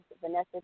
Vanessa